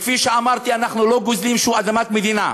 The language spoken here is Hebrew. כפי שאמרתי, אנחנו לא גוזלים שום אדמת מדינה.